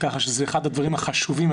כך שזה אחד הדברים החשובים.